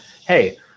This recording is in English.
Hey